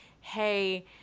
hey